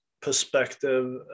perspective